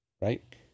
right